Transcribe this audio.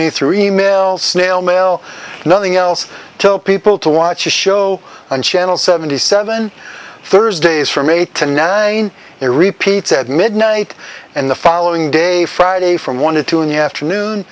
me through e mail snail mail nothing else tell people to watch a show on channel seventy seven thursdays from eight to nine it repeats at midnight and the following day friday from one to two an afternoon